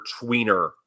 tweener